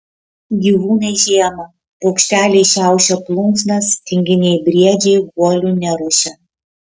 gyvūnai žiemą paukšteliai šiaušia plunksnas tinginiai briedžiai guolių neruošia